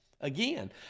Again